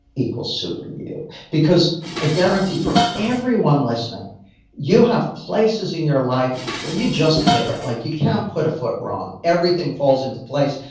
equals super you because i guarantee, for everyone listening you have place in your life where you just hit it. like you can't put a foot wrong everything falls into place.